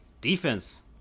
defense